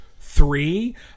three